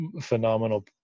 phenomenal